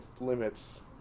limits